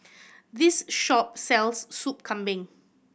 this shop sells Sop Kambing